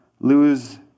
lose